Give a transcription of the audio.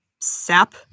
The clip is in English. sap